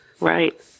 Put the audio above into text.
Right